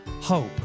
hope